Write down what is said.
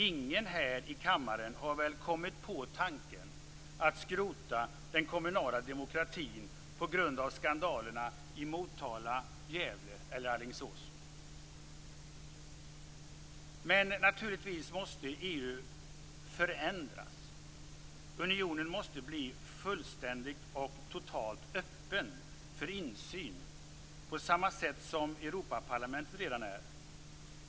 Ingen här i kammaren har väl kommit på tanken att skrota den kommunala demokratin på grund av skandalerna i Motala, Men naturligtvis måste EU förändras. Unionen måste bli fullständigt och totalt öppen för insyn, på samma sätt som Europaparlamentet redan är.